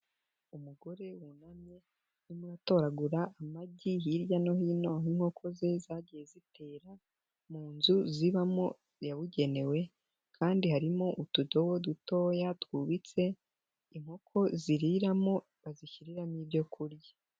Umugore wunamye arimo gutoragura amagi hirya no hino aho inkoko ze zagiye zitera mu nzu zibamo yabugenewe, kandi harimo utudobo dutoya twubitse, inkoko ziriramo bazishyiriramo ibyo kurya.